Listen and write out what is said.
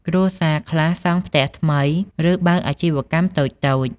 គ្រួសារខ្លះសង់ផ្ទះថ្មី ឬបើកអាជីវកម្មតូចៗ។